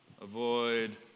Avoid